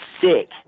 sick